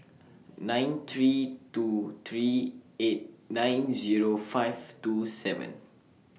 nine three two three eight nine Zero five two seven